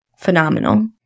phenomenal